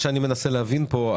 מנסה להבין פה,